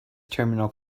terminal